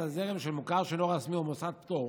הזרם של מוכר שאינו רשמי או מוסד פטור,